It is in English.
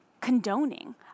condoning